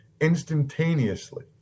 instantaneously